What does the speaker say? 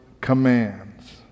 commands